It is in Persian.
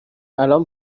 الان